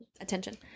attention